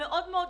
המאוד יבשים,